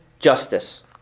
Justice